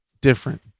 different